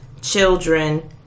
children